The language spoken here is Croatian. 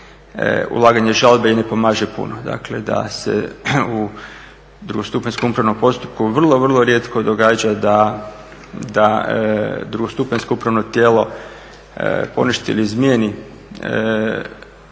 ulaganje žalbe i ne pomaže puno. Dakle, da se u drugostupanjskom upravnom postupku vrlo, vrlo rijetko događa da drugostupanjsko upravno tijelo poništi ili izmijeni odluku